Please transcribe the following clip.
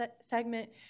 segment